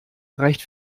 reicht